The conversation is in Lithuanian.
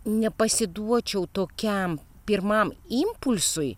nepasiduočiau tokiam pirmam impulsui